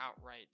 outright